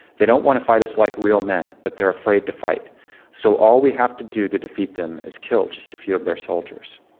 they don't want to fight us like real men but they're afraid to fight so all we have to do to defeat them is kill just a few of their soldiers.